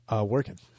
Working